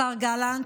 השר גלנט.